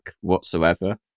whatsoever